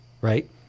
right